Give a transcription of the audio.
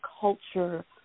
culture